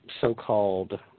so-called